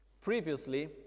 previously